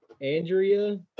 Andrea